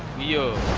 you